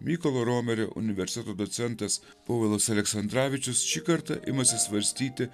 mykolo romerio universiteto docentas povilas aleksandravičius šį kartą imasi svarstyti